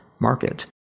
market